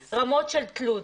יש רמות של תלות.